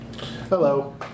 Hello